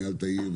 ניהלת עיר,